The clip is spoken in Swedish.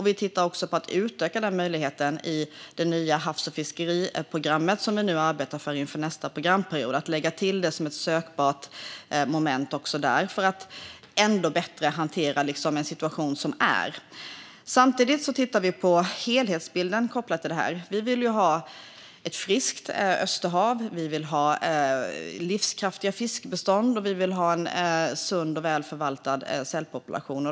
Vi tittar också på att utöka den möjligheten i det nya havs och fiskeriprogrammet, som vi nu arbetar med inför nästa programperiod - att lägga till det som ett sökbart moment även där för att ännu bättre hantera den situation som råder. Samtidigt tittar vi på helhetsbilden kopplat till detta. Vi vill ha ett friskt Österhav, livskraftiga fiskbestånd och en sund och välförvaltad sälpopulation.